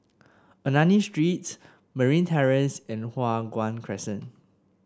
Ernani Street Marine Terrace and Hua Guan Crescent